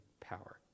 power